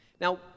Now